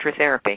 hydrotherapy